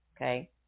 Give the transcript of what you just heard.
okay